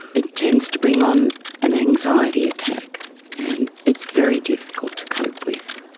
it tends to bring on an anxiety attack and it's very difficult to cope with.